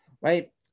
right